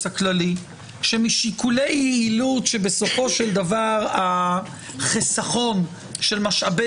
הכללי שמשיקולי יעילות שבסופו של דבר החיסכון של משאבי